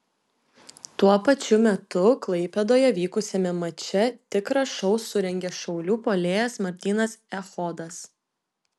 tuo pačiu metu klaipėdoje vykusiame mače tikrą šou surengė šiaulių puolėjas martynas echodas